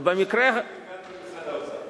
אבל במקרה, הגענו למשרד האוצר.